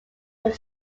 were